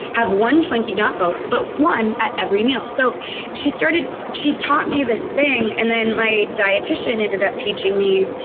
have one twinkie, not both, but one at every meal. so she started, she taught me this thing and then my dietitian ended up teaching me,